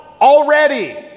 already